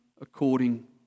according